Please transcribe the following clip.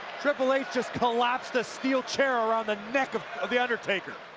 triple h has collapsed the steel chair around the neck of of the undertaker.